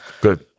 Good